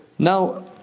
Now